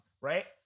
right